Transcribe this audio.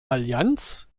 allianz